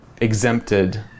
exempted